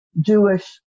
Jewish